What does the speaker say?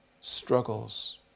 struggles